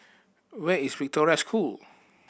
where is Victoria School